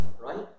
right